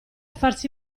farsi